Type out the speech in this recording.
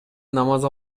намаз